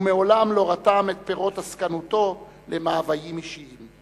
ומעולם לא רתם את פירות עסקנותו למאוויים אישיים.